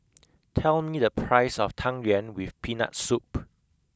tell me the price of Tang Yuen with Peanut Soup